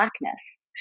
blackness